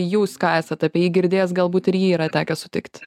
jūs ką esat apie jį girdėjęs galbūt ir jį yra tekę sutikt